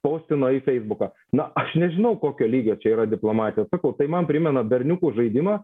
paustino į feisbuką na aš nežinau kokio lygio čia yra diplomatija sakau tai man primena berniukų žaidimą